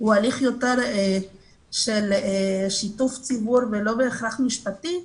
הוא יותר הליך של שיתוף ציבור ולא בהכרח משפטי,